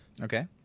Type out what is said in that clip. Okay